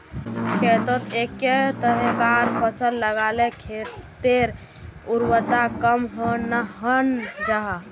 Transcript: खेतोत एके तरह्कार फसल लगाले खेटर उर्वरता कम हन जाहा